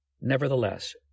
Nevertheless